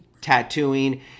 tattooing